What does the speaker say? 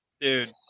Dude